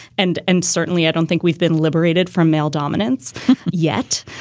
and and certainly i don't think we've been liberated from male dominance yet.